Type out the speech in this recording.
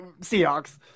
Seahawks